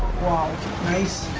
wild rice